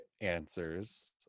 answers